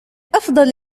أفضل